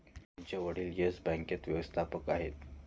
मोहनचे वडील येस बँकेत व्यवस्थापक आहेत